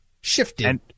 shifted